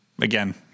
again